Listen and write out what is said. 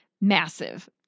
massive